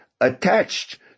attached